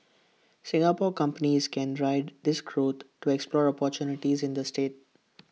Singapore companies can ride this cord to explore opportunities in the state